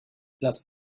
las